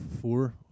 Four